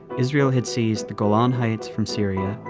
israel had seized the golan heights from syria,